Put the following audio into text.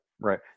right